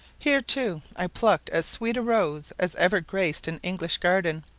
here, too, i plucked as sweet a rose as ever graced an english garden.